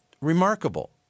remarkable